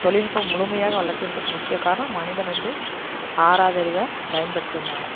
தொழில்நுட்பம் முழுமையாக வளர்ச்சி அடையிறத்துக்கு முக்கிய காரணம் மனிதன் வந்து ஆறாவது அறிவை பயன்படுத்துறதனால